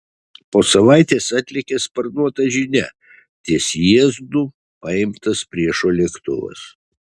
po savaitės atlėkė sparnuota žinia ties jieznu paimtas priešo lėktuvas